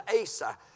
Asa